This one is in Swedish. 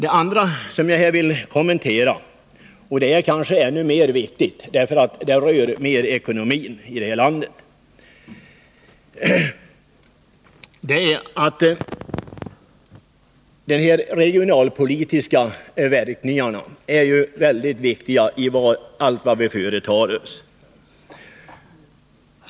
En annan sak som jag vill kommentera — och den är kanske ännu viktigare, eftersom den rör landets ekonomi — är att de regionalpolitiska verkningarna är väldigt viktiga i allt vad vi företar oss.